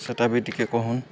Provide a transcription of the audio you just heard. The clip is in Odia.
ସେଟା ବି ଟିକେ କହୁନ୍